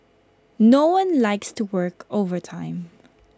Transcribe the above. no one likes to work overtime